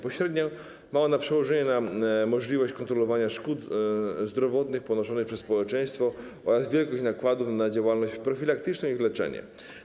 Pośrednio ma ona przełożenie na możliwość kontrolowania szkód zdrowotnych ponoszonych przez społeczeństwo oraz wielkości nakładów na działalność profilaktyczną i leczenie.